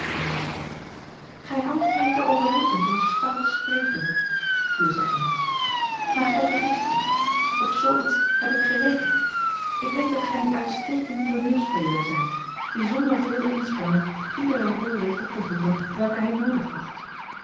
gij hoopt mij te overreden door stout spreken viel zij in maar gij vergist u op zoo iets heb ik gerekend ik weet dat gij een uitstekend tooneelspeler zijt die zonder veel inspanning iedere rol weet op te voeren welke hij noodig acht